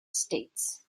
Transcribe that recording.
states